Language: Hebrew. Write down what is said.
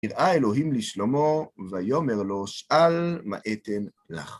נראה אלוהים לשלמה, ויאמר לו, שאל מה אתן לך.